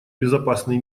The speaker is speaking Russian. безопасный